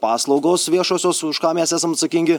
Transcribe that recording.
paslaugos viešosios už ką mes esam atsakingi